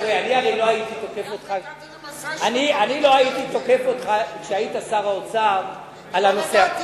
אני לא הייתי תוקף אותך כשהיית שר האוצר על הנושא הזה.